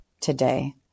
today